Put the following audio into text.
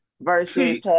versus